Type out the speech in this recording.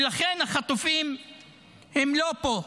ולכן החטופים לא פה.